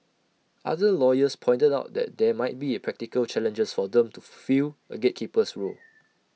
other lawyers pointed out that there might be practical challenges for them to fill A gatekeeper's role